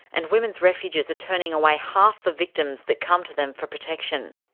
and women's refuges are turning away half the victims that come to them for protection.